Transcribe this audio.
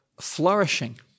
flourishing